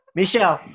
michelle